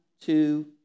two